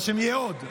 בעזרת השם נהיה עוד,